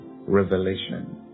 revelation